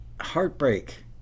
Heartbreak